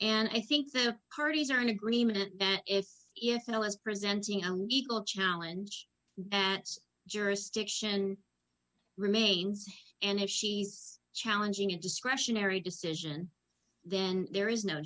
and i think their parties are in agreement that if e f l is presenting a legal challenge that jurisdiction remains and if she's challenging a discretionary decision then there is no